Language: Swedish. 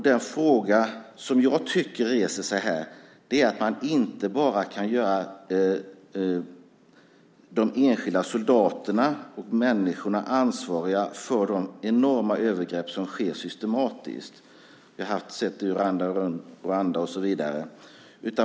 Den fråga som jag tycker reser sig här är att man inte bara kan göra de enskilda soldaterna och människorna ansvariga för de enorma övergrepp som sker systematiskt. Vi har sett det i Rwanda och så vidare.